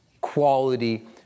quality